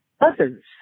others